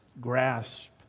grasp